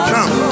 Come